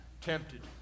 tempted